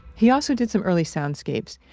he also did some early soundscapes,